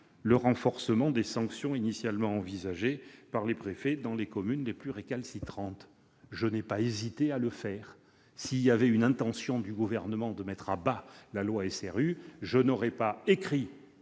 le renforcement des sanctions initialement envisagées par les préfets dans les communes les plus récalcitrantes. Je n'ai pas hésité à le faire. Si le Gouvernement avait eu l'intention de mettre à bas la loi SRU, je n'aurais pas écrit